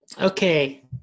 Okay